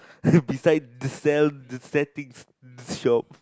beside the sell the setting shop